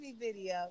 video